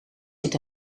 dit